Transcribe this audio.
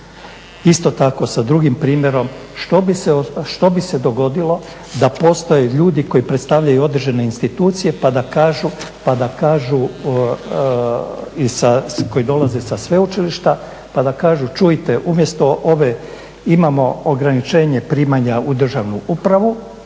Isto tako, sa drugim primjerom što bi se dogodilo da postoje ljudi koji predstavljaju određene institucije pa da kažu, koji dolaze sa sveučilišta, pa da kažu čujte umjesto ove imamo ograničenje primanja u državnu upravu